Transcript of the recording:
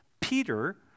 Peter